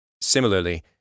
Similarly